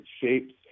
shapes